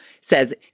says